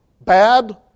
bad